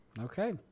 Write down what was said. Okay